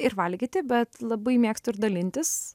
ir valgyti bet labai mėgstu ir dalintis